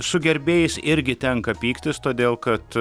su gerbėjais irgi tenka pyktis todėl kad